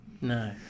No